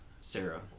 Sarah